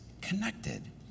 connected